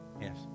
Yes